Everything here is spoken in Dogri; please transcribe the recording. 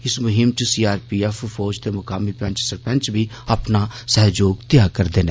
इस मुहीम च सीआर पी एफ फौज ते मुकामी पैंच सरपैंच बी अपना सहयोग देया रदे न